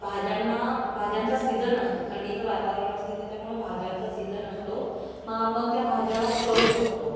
भाज्यांना भाज्यांचा सीजन असतो थंडीचं वातावरण असते त्याच्यामुळं भाज्यांचा सीजन असतो मग आपण त्या भाज्या करू शकतो